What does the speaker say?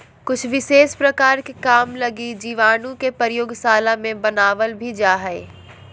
कुछ विशेष प्रकार के काम लगी जीवाणु के प्रयोगशाला मे बनावल भी जा हय